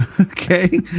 Okay